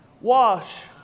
Wash